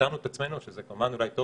ומצאנו את עצמנו וזה אולי כמובן טוב